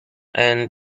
and